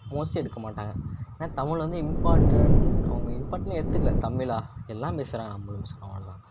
mostly எடுக்க மாட்டாங்கள் ஏன்னா தமிழை வந்து இம்பார்டன்ட் அவங்க இம்பார்டன்ட்னு எடுத்துக்கலை தமிழா எல்லாம் பேசுகிறாங்க நம்மளும் பேசுகிறோம் அவ்வளோ தான்